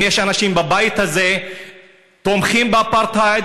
אם יש אנשים בבית הזה שתומכים באפרטהייד,